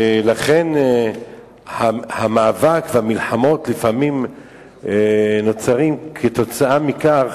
ולכן המאבק והמלחמות לפעמים נוצרים כתוצאה מכך